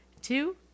two